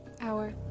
Hour